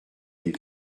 les